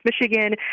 Michigan